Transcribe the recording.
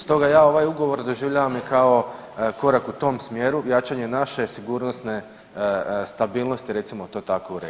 Stoga ja ovaj Ugovor doživljavam kao korak u tom smjeru, jačanju naše sigurnosne stabilnosti, recimo to tako, u regiji.